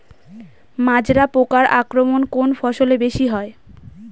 মাজরা পোকার আক্রমণ কোন ফসলে বেশি হয়?